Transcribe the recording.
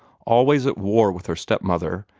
always at war with her step-mother,